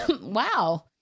wow